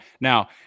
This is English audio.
Now